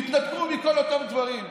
התנתקו מכל אותם דברים.